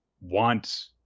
want